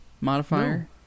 modifier